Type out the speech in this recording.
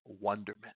wonderment